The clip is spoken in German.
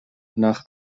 nach